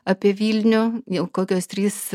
apie vilnių jau kokios trys